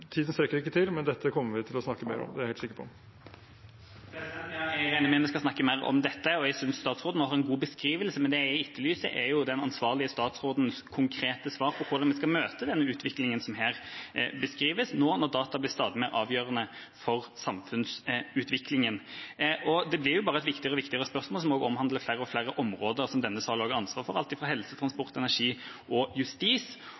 Tiden strekker ikke til, men dette kommer vi til å snakke mer om – det er jeg helt sikker på. Det blir oppfølgingsspørsmål – Torstein Tvedt Solberg. Jeg regner med at vi skal snakke mer om dette. Jeg synes statsråden har en god beskrivelse, men det jeg etterlyser, er den ansvarlige statsrådens konkrete svar på hvordan vi skal møte den utviklingen som her beskrives, nå når data blir stadig mer avgjørende for samfunnsutviklingen. Det blir bare et viktigere og viktigere spørsmål som også omhandler flere og flere områder som denne salen har ansvar for – alt fra helse, transport og energi til justis.